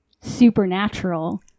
supernatural